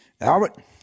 Albert